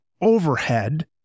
overhead